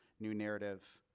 new narrative,